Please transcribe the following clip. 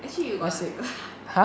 actually you got nothing